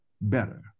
better